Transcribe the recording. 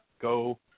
go